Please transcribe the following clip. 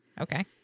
Okay